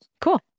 Cool